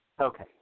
Okay